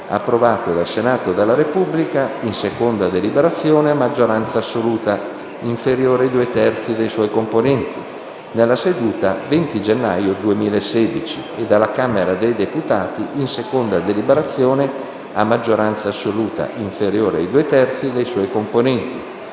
approvato dal Senato della Repubblica, in seconda deliberazione - a maggioranza assoluta, inferiore ai due terzi, dei suoi componenti - nella seduta del 20 gennaio 2016, e dalla Camera dei deputati, in seconda deliberazione - a maggioranza assoluta, inferiore ai due terzi, dei suoi componenti